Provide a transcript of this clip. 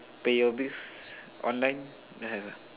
pay your bills online